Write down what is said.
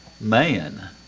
man